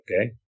Okay